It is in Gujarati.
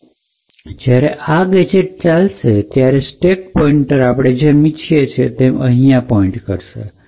હવે જ્યારે આ ગેજેટ ચાલશે ત્યારે સ્ટેક પોઇન્ટર આપણે જેમ ઈચ્છીએ છીએ તે અહીંયા પોઇન્ટ કરશે